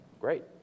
great